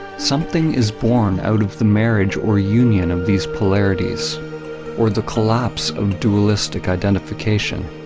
something is born out of the marriage or union of these polarities or the collapse of dualistic identification,